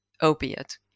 opiate